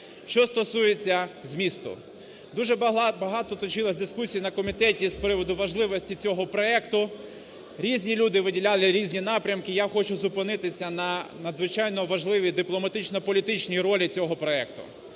Що стосується змісту. Дуже багато точилось дискусій на комітеті з приводу важливості цього проекту, різні люди виділяли різні напрямки. Я хочу зупинитися на надзвичайно важливій дипломатично політичній ролі цього проекту.